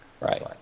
right